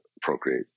procreate